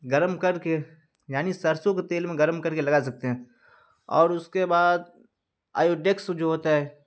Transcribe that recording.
گرم کر کے یعنی سرسوں کے تیل میں گرم کر کے لگا سکتے ہیں اور اس کے بعد آیوڈیکس جو ہوتا ہے